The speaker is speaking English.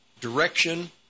direction